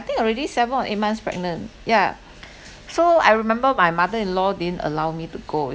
think already seven or eight months pregnant yeah so I remember my mother in law didn't allow me to go